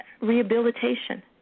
rehabilitation